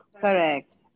Correct